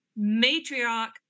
Matriarch